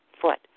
foot